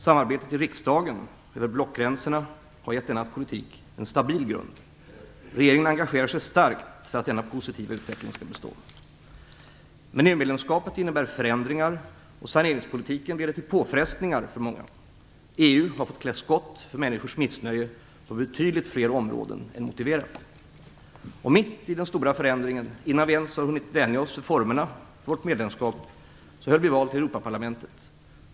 Samarbetet i riksdagen över blockgränserna har gett denna politik en stabil grund. Regeringen engagerar sig starkt för att denna positiva utveckling skall bestå. Men EU-medlemskapet innebär förändringar, och saneringspolitiken leder till påfrestningar för många. EU har fått klä skott för människors missnöje på betydligt fler områden än vad som är motiverat. Och mitt i den stora förändringen, innan vi ens har hunnit vänja oss vid formerna för vårt medlemskap, höll vi val till Europaparlamentet.